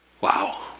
Wow